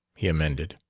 he amended.